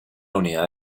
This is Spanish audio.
unidad